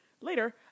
later